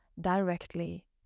directly